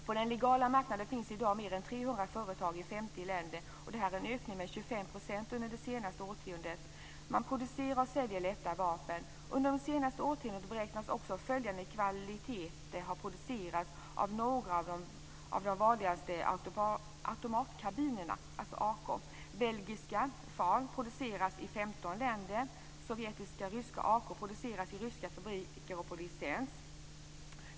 På den legala marknaden finns i dag mer än 300 företag i 50 länder. Det är en ökning med 25 % under det senaste årtiondet. Man producerar och säljer lätta vapen. Under de senaste årtiondena har det producerats ett stort antal automatkarbiner. Belgiska FAL produceras i 15 länder. Sovjetiska eller ryska automatkarbiner produceras i ryska fabriker och på licens.